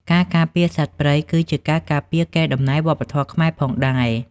ការការពារសត្វព្រៃគឺជាការការពារកេរដំណែលវប្បធម៌ខ្មែរផងដែរ។